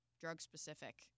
drug-specific